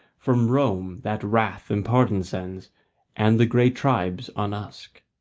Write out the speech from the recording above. from rome that wrath and pardon sends and the grey tribes on usk.